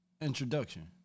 introduction